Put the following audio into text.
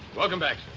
welcome back,